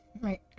Right